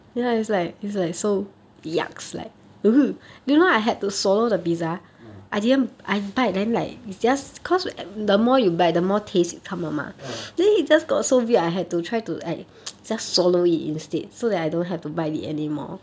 ah ah